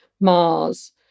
Mars